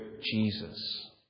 Jesus